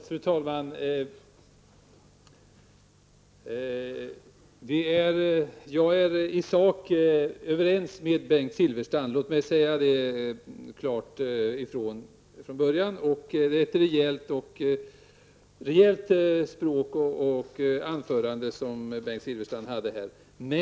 Fru talman! Jag är i sak överens med Bengt Silfverstrand. Det vill jag klart säga från början. Det var ett rejält språk som Bengt Silfverstrand använde i sitt anförande.